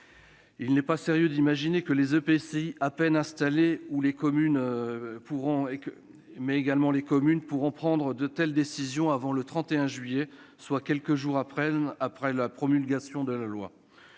Il n'est pas sérieux d'imaginer que les EPCI, à peine installés, ou les communes pourront prendre de telles décisions avant le 31 juillet, soit quelques jours à peine après la promulgation de la loi.